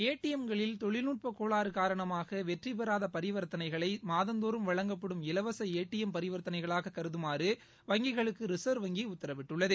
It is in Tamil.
ஏடிஎம் களில் தொழில்நுட்ப கோளாறு காரணமாக வெற்றிபெறாத வழங்கப்படும் பரிவர்த்தனைகளை மாதந்தோறும் இலவச ஏடிஎம் பரிவர்த்தனைகளாக கருதுமாறு வங்கிகளுக்கு ரிசர்வ் வங்கி உத்தரவிட்டுள்ளது